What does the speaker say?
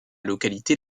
localité